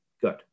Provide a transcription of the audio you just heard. Good